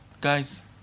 Guys